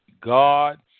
God